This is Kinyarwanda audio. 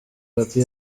pappy